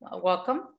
Welcome